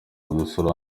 kudusura